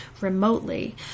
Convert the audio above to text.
remotely